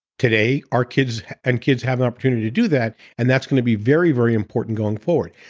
today our kids and kids have an opportunity to do that and that's going to be very, very important going forward,